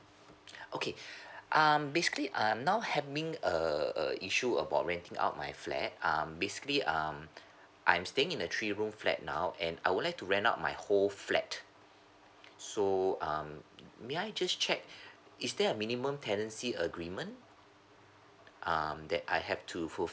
okay um basically I'm now having a a issue about renting out my flat um basically um I'm staying in a three room flat now and I would like to rent out my whole flat so um may I just check is there a minimum tenancy agreement um that I have to fulfill